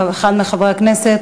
אחד מחברי הכנסת?